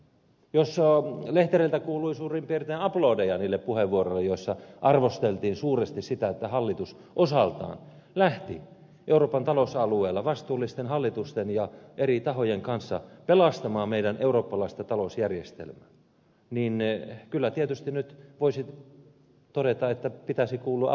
jos lehtereiltä kuului suurin piirtein aplodeja niille puheenvuoroille joissa arvosteltiin suuresti sitä että hallitus osaltaan lähti euroopan talousalueella vastuullisten hallitusten ja eri tahojen kanssa pelastamaan meidän eurooppalaista talousjärjestelmäämme niin kyllä tietysti nyt voisi todeta että pitäisi kuulua aplodeja toisinkinpäin